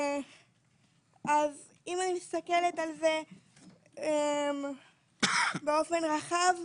אם אני מסתכלת על זה באופן רחב,